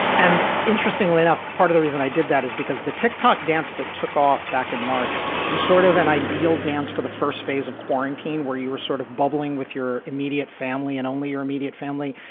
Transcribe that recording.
and interestingly enough, part of the reason i did that is because the tick tock dance that took off back in march was sort of an ideal dance for the first phase of quarantine, where you were sort of bubbling with your immediate family and only your immediate family.